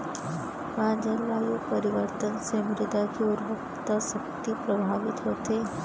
का जलवायु परिवर्तन से मृदा के उर्वरकता शक्ति प्रभावित होथे?